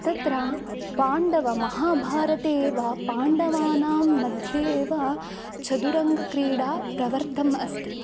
तत्र पाण्डवाः महाभारते एव पाण्डवानाम्मध्ये एव चतुरङ्गक्रीडा प्रवर्तम् अस्ति